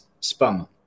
spam